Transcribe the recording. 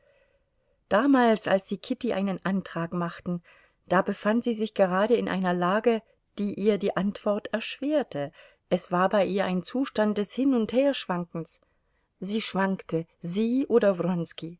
damals als sie kitty einen antrag machten da befand sie sich gerade in einer lage die ihr die antwort erschwerte es war bei ihr ein zustand des hin und herschwankens sie schwankte sie oder